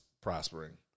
prospering